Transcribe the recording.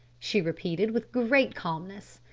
she repeated with great calmness.